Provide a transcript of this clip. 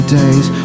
days